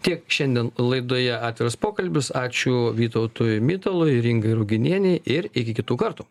tiek šiandien laidoje atviras pokalbis ačiū vytautui mitalui ir ingai ruginienei ir iki kitų kartų